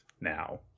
now